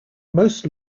most